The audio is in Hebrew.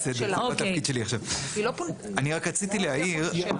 אני רק רציתי להעיר.